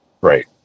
Right